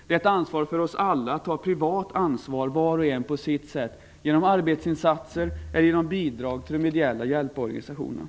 Det åligger oss alla att ta ett privat ansvar var och en på sitt sätt genom arbetsinsatser eller genom bidrag till de ideella hjälporganisationerna.